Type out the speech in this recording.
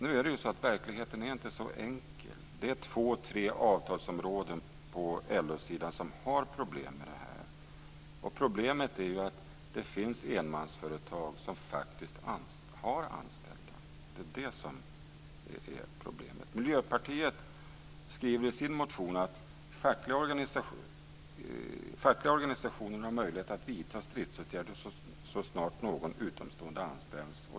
Nu är verkligheten inte så enkel. Det är två tre avtalsområden på LO-sidan som har problem med det här. Problemet är att det finns enmansföretag som faktiskt har anställda. Miljöpartiet skriver i sin motion att fackliga organisationer har möjlighet att vidta stridsåtgärder så snart någon utomstående anställs.